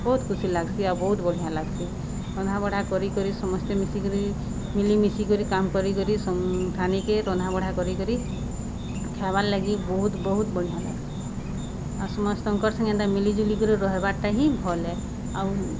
ବହୁତ୍ ଖୁସି ଲାଗ୍ସି ଆଉ ବହୁତ୍ ବଢ଼ିଆଁ ଲାଗ୍ସି ରନ୍ଧା ବଢ଼ା କରିକରି ସମସ୍ତେ ମିଶିକରି ମିଲିମିଶିକରି କାମ୍ କରିକରି ଠାନେକେ ରନ୍ଧାବଢ଼ା କରିକରି ଖାଏବାର୍ ଲାଗି ବହୁତ୍ ବହୁତ୍ ବଢ଼ିଆଁ ଲାଗ୍ସି ଆଉ ସମସ୍ତଙ୍କର୍ ସଙ୍ଗେ ଏନ୍ତା ମିଲିଜୁଲିକରି ରହିବାର୍ଟା ହିଁ ଭଲ୍ ଏ ଆଉ